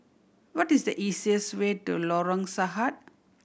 what is the easiest way to Lorong Sahad